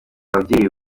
ababyeyi